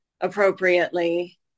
appropriately